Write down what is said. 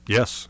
Yes